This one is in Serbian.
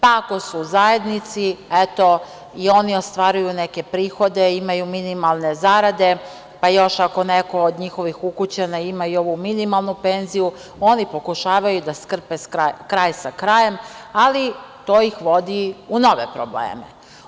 Pa, ako su u zajednici, eto, i oni ostvaruju neke prihode, imaju minimalne zarade, pa još ako neko od njihovih ukućana ima i ovu minimalnu penziju, oni pokušavaju da skrpe kraj sa krajem, ali to ih vodi u nove probleme.